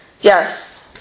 Yes